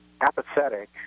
apathetic